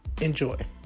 Enjoy